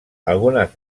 algunes